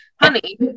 honey